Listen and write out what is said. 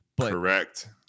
Correct